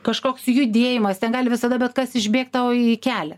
kažkoks judėjimas ten gali visada bet kas išbėgt tau į kelią